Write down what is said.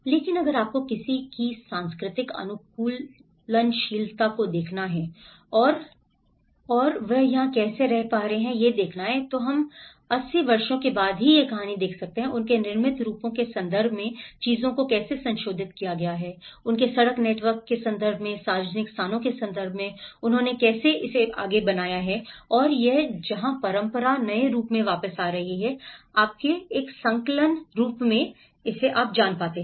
लेकिन अगर आपको किसी को सांस्कृतिक अनुकूलनशीलता को देखना है और वह वह है जहाँ हमें यह करना है तो हम कर सकते हैं 80 वर्षों के बाद एक ही कहानी देखें उनके निर्मित रूपों के संदर्भ में चीजों को कैसे संशोधित किया गया है उनके सड़क नेटवर्क के संदर्भ में सार्वजनिक स्थानों के संदर्भ में उन्होंने कैसे बनाया है और यह जहां परंपरा नए रूप में वापस आ रही है आप एक संकर रूप में जानते हैं